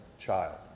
child